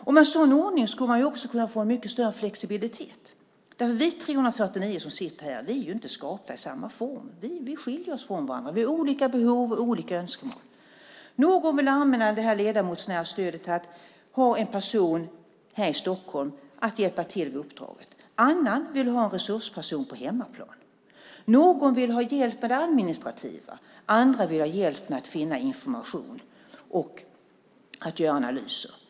Med en sådan ordning skulle man också kunna få en mycket större flexibilitet. Vi 349 som sitter här är inte skapta i samma form. Vi skiljer oss från varandra. Vi har olika behov och olika önskemål. Någon vill använda det här ledamotsnära stödet till att ha en person här i Stockholm som hjälper till vid uppdraget. En annan vill ha en resursperson på hemmaplan. Någon vill ha hjälp med det administrativa, och andra vill ha hjälp med att finna information och göra analyser.